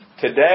Today